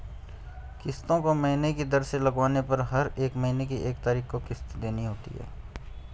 किस्तों को महीने की दर से लगवाने पर हर महीने की एक तारीख को किस्त देनी होती है